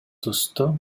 түстө